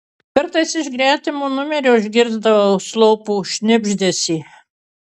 kartais iš gretimo numerio išgirsdavau slopų šnibždesį